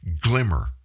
glimmer